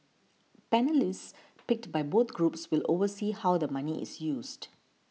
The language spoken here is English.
panellists picked by both groups will oversee how the money is used